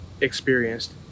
experienced